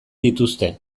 dituzte